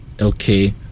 Okay